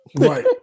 Right